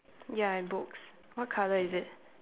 ya and books what colour is it